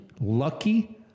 lucky